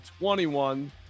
21